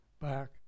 back